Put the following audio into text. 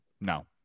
No